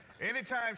Anytime